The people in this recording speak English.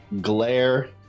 glare